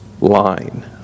line